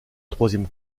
troisième